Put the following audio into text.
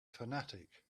fanatic